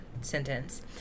sentence